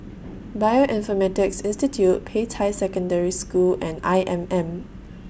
Bioinformatics Institute Peicai Secondary School and I M M